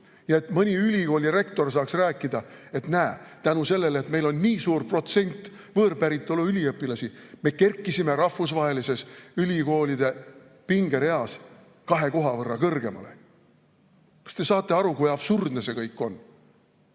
ja et mõni ülikooli rektor saaks rääkida, et näe, tänu sellele, et meil on nii suur protsent võõrpäritolu üliõpilasi, me kerkisime rahvusvahelises ülikoolide pingereas kahe koha võrra kõrgemale. Kas te saate aru, kui absurdne see kõik on?